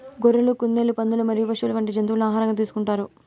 గొర్రెలు, కుందేళ్లు, పందులు మరియు పశువులు వంటి జంతువులను ఆహారంగా తీసుకుంటారు